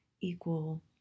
equal